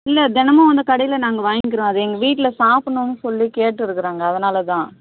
இல்லை தினமும் வந்து கடையில் நாங்கள் வாங்கிக்குறோம் அது எங்கள் வீட்டில் சாப்பிடணும்னு சொல்லி கேட்டுருக்குறோங்க அதனால தான்